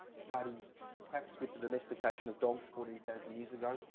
starting perhaps with the domestication of dogs fourteen thousand years ago,